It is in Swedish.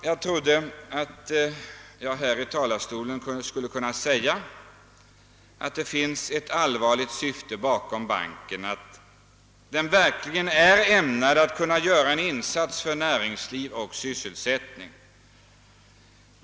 Jag trodde att jag här i talarstolen skulle kunna säga att det fanns ett allvarligt syfte bakom banken och att den verkligen var ägnad att göra en insats för näringsliv och sysselsättning.